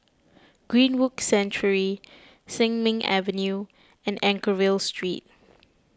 Greenwood Sanctuary Sin Ming Avenue and Anchorvale Street